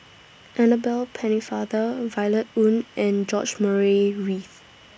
Annabel Pennefather Violet Oon and George Murray Reith